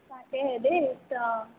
তাকেহে দেই অঁ